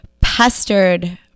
pestered